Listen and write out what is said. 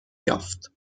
یافت